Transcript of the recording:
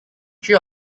three